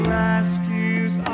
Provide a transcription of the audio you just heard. rescues